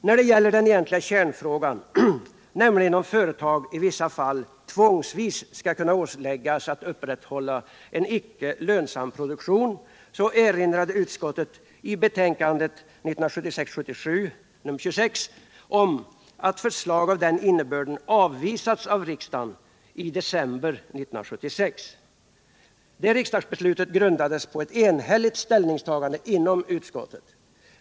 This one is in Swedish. När det gäller den egentliga kärnfrågan, nämligen om företag i vissa fall tvångsvis skall kunna åläggas att upprätthålla en icke lönsam produktion, erinrade utskottet i betänkandet 1976/77:26 om att förslag av den innebörden avvisats av riksdagen i december 1976. Det riksdagsbeslutet grundades på ett enhälligt ställningstagande inom utskottet.